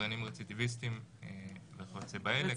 עבריינים רצידיביסטים וכיוצא באלה.